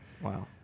Wow